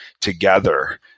together